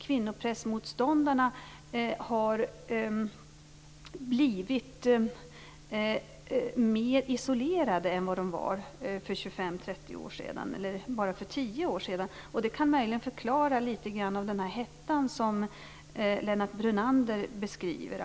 Kvinnoprästmotståndarna har blivit mer isolerade än vad de var för 25-30 år sedan, eller bara för tio år sedan. Det kan möjligen förklara litet grand av den hetta som Lennart Brunander beskriver.